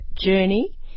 journey